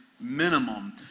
minimum